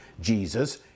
Jesus